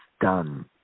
done